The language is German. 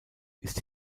ist